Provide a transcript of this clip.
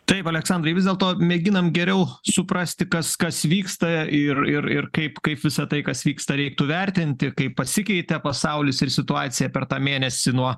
taip aleksandrai vis dėlto mėginam geriau suprasti kas kas vyksta ir ir ir kaip kaip visa tai kas vyksta reiktų vertinti kaip pasikeitė pasaulis ir situacija per tą mėnesį nuo